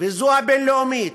וזו הבין-לאומית,